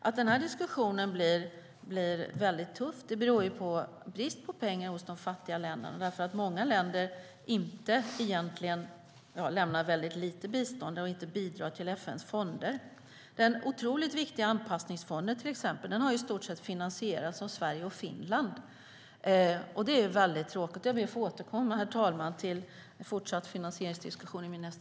Att denna diskussion blir tuff beror på brist på pengar i de fattiga länderna, för många länder ger ytterst lite bistånd och bidrar inte till FN:s fonder. Den otroligt viktiga Anpassningsfonden, till exempel, har i stort sett finansierats av Sverige och Finland, vilket är tråkigt.